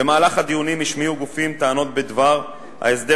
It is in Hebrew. במהלך הדיונים השמיעו גופים טענות בדבר ההסדר